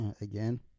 Again